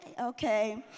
okay